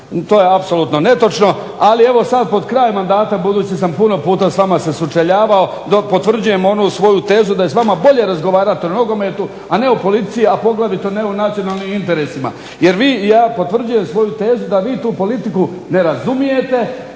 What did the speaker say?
To je apsolutno netočno. Ali evo sad pod kraj mandata, budući da sam puno puta s vama se sučeljavao, dok potvrđujemo onu svoju tezu da je s vama bolje razgovarati o nogometu, a ne o politici, a poglavito ne o nacionalnim interesima, jer vi i ja potvrđujem svoju tezu da vi tu politiku ne razumijete,